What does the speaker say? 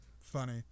funny